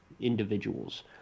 individuals